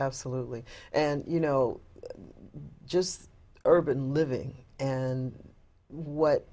absolutely and you know just urban living and what